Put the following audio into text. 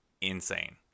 insane